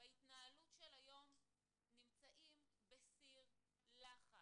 בהתנהלות של היום נמצאים בסיר לחץ,